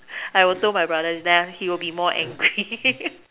I will told my brother then he will be more angry